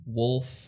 wolf